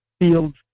fields